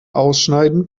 ausschneiden